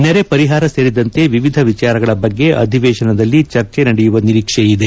ನೆರೆ ಪರಿಹಾರ ಸೇರಿದಂತೆ ವಿವಿಧ ವಿಚಾರಗಳ ಬಗ್ಗೆ ಅಧಿವೇಶನದಲ್ಲಿ ಚರ್ಚೆ ನಡೆಯುವ ನಿರೀಕ್ಷೆ ಇದೆ